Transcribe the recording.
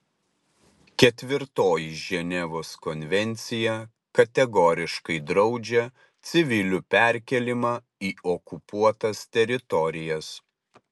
ketvirtoji ženevos konvencija kategoriškai draudžia civilių perkėlimą į okupuotas teritorijas